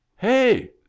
hey